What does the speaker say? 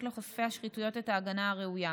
לחושפי השחיתויות את ההגנה הראויה.